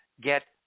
get